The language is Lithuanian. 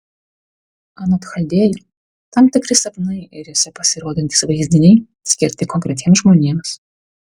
anot chaldėjų tam tikri sapnai ir juose pasirodantys vaizdiniai skirti konkretiems žmonėms